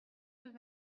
vingt